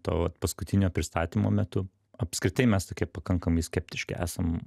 to vat paskutinio pristatymo metu apskritai mes tokie pakankamai skeptiški esam